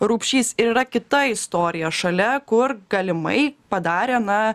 rupšys ir yra kita istorija šalia kur galimai padarė na